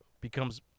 becomes